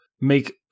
make